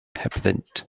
hebddynt